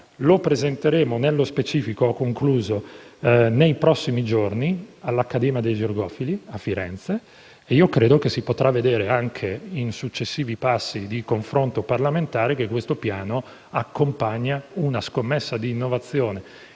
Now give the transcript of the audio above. Lo presenteremo, nello specifico, nei prossimi giorni all'Accademia dei Georgofili a Firenze e io ritengo che si potrà vedere, anche in successivi passi di confronto parlamentare, che questo Piano accompagna una scommessa di innovazione